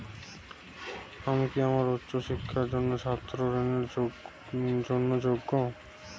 আমি কি আমার উচ্চ শিক্ষার জন্য ছাত্র ঋণের জন্য যোগ্য?